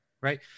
right